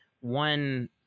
one